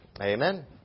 Amen